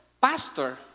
pastor